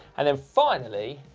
and then finally,